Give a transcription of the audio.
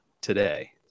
today